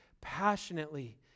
passionately